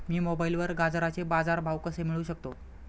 मी मोबाईलवर गाजराचे बाजार भाव कसे मिळवू शकतो?